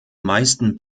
meisten